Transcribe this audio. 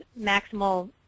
maximal